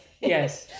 Yes